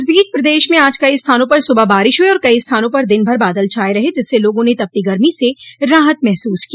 इस बीच प्रदेश में आज कई स्थानों पर सुबह बारिश हुई और कई स्थानों पर दिनभर बादल छाये रहे जिससे लोगों ने तपती गर्मी से राहत महसूस की